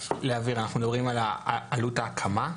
להבהיר, אנחנו מדברים על עלות ההקמה?